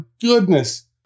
goodness